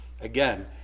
Again